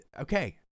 okay